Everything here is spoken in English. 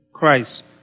Christ